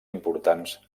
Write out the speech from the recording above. importants